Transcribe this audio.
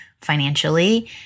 financially